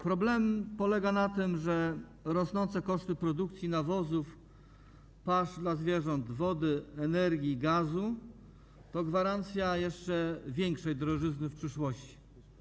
Problem polega na tym, że rosnące koszty produkcji nawozów, pasz dla zwierząt, wody, energii, gazu to gwarancja jeszcze większej drożyzny w przyszłości.